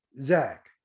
Zach